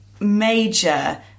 Major